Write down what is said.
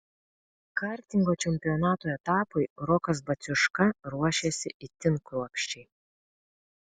kartingo čempionato etapui rokas baciuška ruošėsi itin kruopščiai